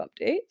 updates